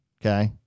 Okay